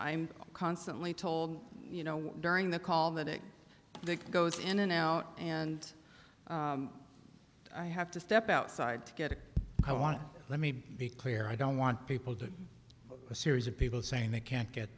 i'm constantly told you know during the call that it goes in an out and i have to step outside to get it i want to let me be clear i don't want people to a series of people saying they can't get